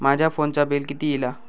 माझ्या फोनचा बिल किती इला?